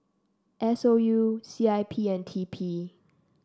S O U C I P and T P